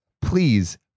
please